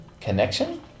connection